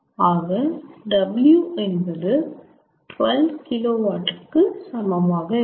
ஆக W என்பது 12KW கு சமமாக இருக்கும்